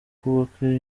kubaka